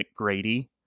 McGrady